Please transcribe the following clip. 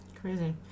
Crazy